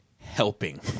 helping